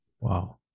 Wow